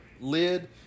lid